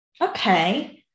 Okay